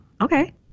okay